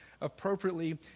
appropriately